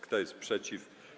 Kto jest przeciw?